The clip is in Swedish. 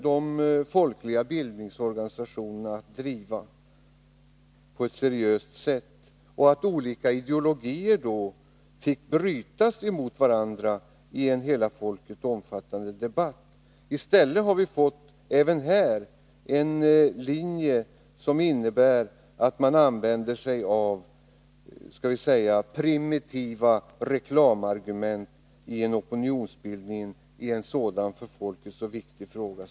De folkliga bildningsorganisationerna kunde driva frågan på ett seriöst sätt, så att alla ideologier fick brytas mot varandra i en hela folket omfattande debatt. I stället har vi även här fått en linje som innebär att man använder sig av skall vi säga primitiva reklamargument vid opinionsbildningen i en för folket så viktig fråga.